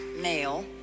male